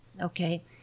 Okay